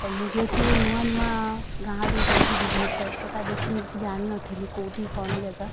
ତ ମୁଁ ଯେହେତୁ ନୂଆ ନୂଆ ଗାଁରୁ ଯାଇଛି ଭୁବନେଶ୍ୱର ତ ତା' ବିଷୟରେ ମୁଁ କିଛି ଜାଣିନଥିଲି କେଉଁଠି କ'ଣ ଜାଗା